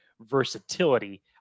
versatility